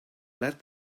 led